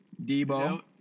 Debo